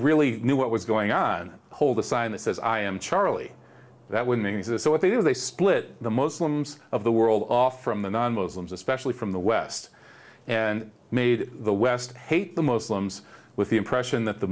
really knew what was going on hold a sign that says i am charlie that winning is this what they do they split the muslims of the world off from the non muslims especially from the west and made the west hate the most limbs with the impression that the